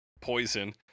Poison